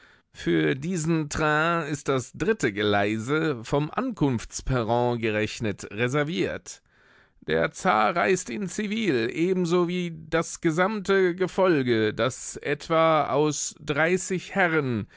für diesen train ist das dritte geleise vom ankunftsperron gerechnet reserviert der zar reist in zivil ebenso wie das gesamte gefolge das etwa aus dreißig herren